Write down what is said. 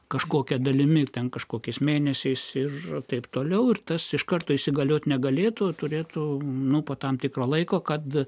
kažkokia dalimi ten kažkokias mėnesiais ir taip toliau ir tas iš karto įsigalioti negalėtų turėtų nuo po tam tikro laiko kad